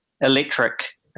electric